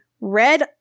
red